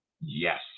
yes